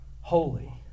holy